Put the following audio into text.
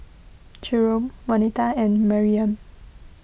Jerome Waneta and Maryam